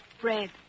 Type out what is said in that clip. bread